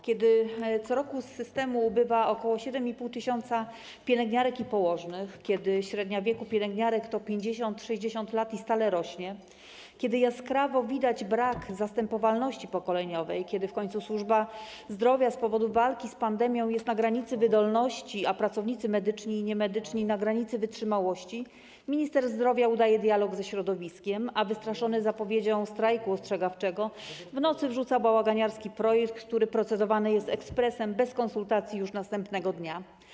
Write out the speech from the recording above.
Kiedy co roku z systemu ubywa ok. 7,5 tys. pielęgniarek i położnych, kiedy średnia wieku pielęgniarek to 50, 60 lat i stale rośnie, kiedy jaskrawo widać brak zastępowalności pokoleniowej, kiedy w końcu służba zdrowia z powodu walki z pandemią jest na granicy wydolności, a pracownicy medyczni i niemedyczni na granicy wytrzymałości, minister zdrowia udaje dialog ze środowiskiem, a wystraszony zapowiedzią strajku ostrzegawczego w nocy wrzuca bałaganiarski projekt, który procedowany jest ekspresem, bez konsultacji, już następnego dnia.